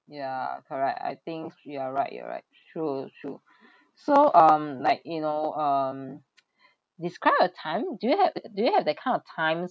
ya correct I think you're right you're right true true so um like you know um describe a time do you have do you have that kind of times